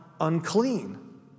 unclean